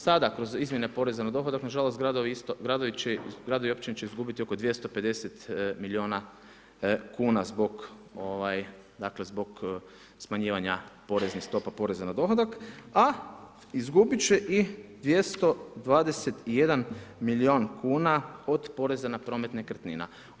Sada kroz izmjene poreza na dohodak nažalost gradovi i općine će izgubiti oko 250 miliona kuna zbog smanjivanja poreznih stopa poreza na dohodak, a izgubit će i 221 milion kuna od poreza na porez nekretnina.